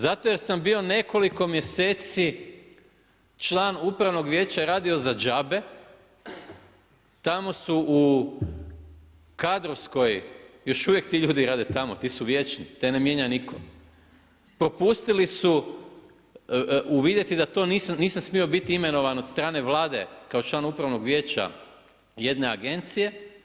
Zato jer sam bio nekoliko mjeseci član upravnog vijeća i radio za džabe, tamo su u kadrovskoj, još uvijek ti ljudi rade tamo, ti su vječni, te ne mijenja nitko, propustili su uvidjeti da to nisam smio biti imenovan od strane Vlade kao član upravnog vijeća jedne agencije.